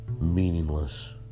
meaningless